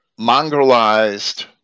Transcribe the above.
mongrelized